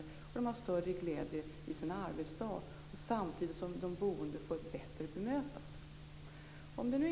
De känner också en större glädje i sin arbetsdag; detta samtidigt som de boende får ett bättre bemötande.